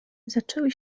zaczęły